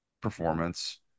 performance